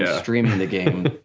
yeah streaming the game.